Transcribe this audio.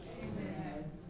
Amen